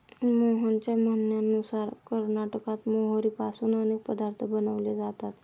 मोहनच्या म्हणण्यानुसार कर्नाटकात मोहरीपासून अनेक पदार्थ बनवले जातात